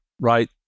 right